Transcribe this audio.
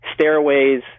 stairways